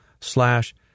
slash